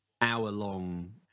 hour-long